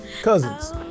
Cousins